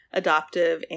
adoptive